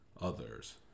others